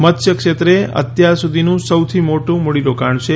મત્સ્ય ક્ષેત્રે આ અત્યાર સુધીનું સૌથી મોટું મૂડીરોકાણ છે